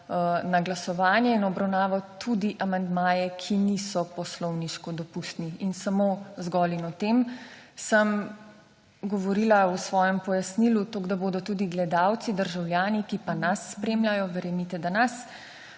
na glasovanje in v obravnavo tudi amandmaje, ki niso poslovniško dopustni. In samo zgolj in o tem sem govorila v svojem pojasnilu. Toliko, da bodo tudi gledalci, državljani, ki pa nas spremljajo, verjemite, da nas,